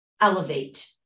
elevate